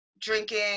drinking